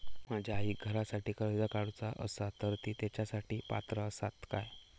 माझ्या आईक घरासाठी कर्ज काढूचा असा तर ती तेच्यासाठी पात्र असात काय?